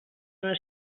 una